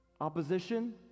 opposition